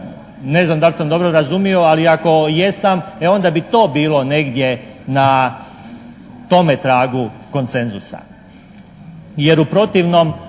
Ne znam da li sam dobro razumio, ali ako jesam e onda bi to bilo negdje na tome tragu koncenzusa, jer u protivnom